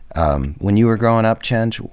um when you were growing up, chenj,